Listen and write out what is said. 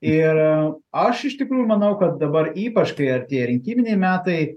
ir aš iš tikrųjų manau kad dabar ypač kai artėja rinkiminiai metai